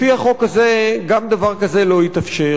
לפי החוק הזה גם דבר כזה לא יתאפשר,